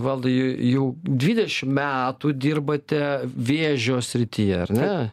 valdai jau dvidešim metų dirbate vėžio srityje ar ne